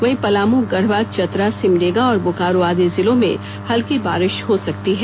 वहीं पलामू गढ़वा चतरा सिमडेगा और बोकारो आदि जिलों में हल्की बारिश हो सकती है